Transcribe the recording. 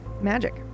Magic